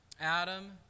Adam